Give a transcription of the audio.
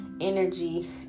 energy